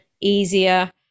easier